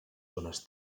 zones